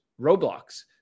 Roblox